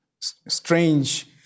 Strange